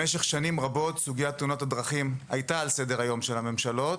במשך שנים רבות סוגיית תאונות הדרכים הייתה על סדר היום של הממשלות,